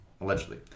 Allegedly